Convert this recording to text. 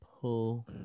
Pull